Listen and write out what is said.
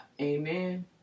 amen